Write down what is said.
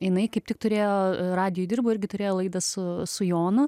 jinai kaip tik turėjo radijuj dirbo irgi turėjo laidą su su jonu